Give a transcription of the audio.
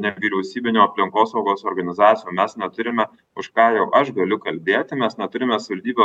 nevyriausybinių aplinkosaugos organizacijų mes neturime už ką jau aš galiu kalbėti mes neturime savivaldybių